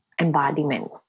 Embodiment